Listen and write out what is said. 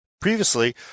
previously